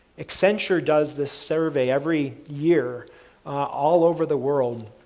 accenture does this survey every year all over the world,